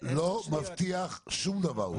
לא מבטיח שום דבר.